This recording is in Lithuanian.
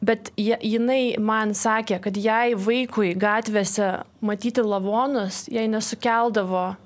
bet ji jinai man sakė kad jei vaikui gatvėse matyti lavonus jai nesukeldavo